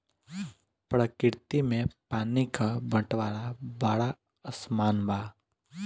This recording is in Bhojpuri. प्रकृति में पानी क बंटवारा बड़ा असमान बा